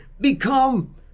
become